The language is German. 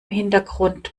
hintergrund